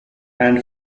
and